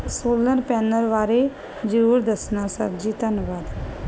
panel ਬਾਰੇ ਜਰੂਰ ਦੱਸਣਾ ਸਰ ਜੀ ਧੰਨਵਾਦ